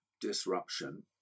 disruption